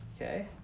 Okay